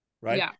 right